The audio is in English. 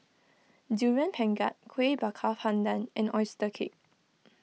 Durian Pengat Kueh Bakar Pandan and Oyster Cake